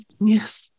Yes